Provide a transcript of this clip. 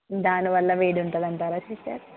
దానివల్ల వేడి ఉంటుందంటారా సిస్టర్